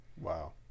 Wow